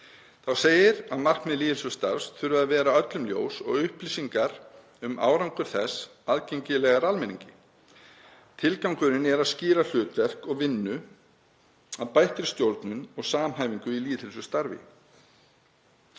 Þá segir að markmið lýðheilsustarfs þurfi að vera öllum ljós og upplýsingar um árangur þess aðgengilegar almenningi. Tilgangurinn er að skýra hlutverk og vinnu að bættri stjórnun og samhæfingu í lýðheilsustarfi.